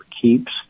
keeps